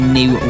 new